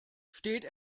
steht